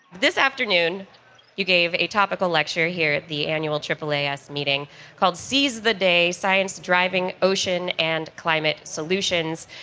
this afternoon you gave a topical lecture here at the annual aaas meeting called seas the day science driving ocean and climate solutions,